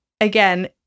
again